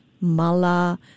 mala